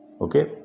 okay